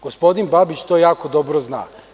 Gospodin Babić to jako dobro zna.